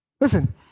Listen